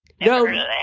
No